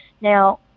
Now